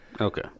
Okay